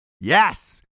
Yes